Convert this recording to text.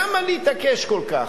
למה להתעקש כל כך?